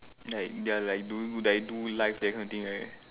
like ya like do life do life that kind of thing right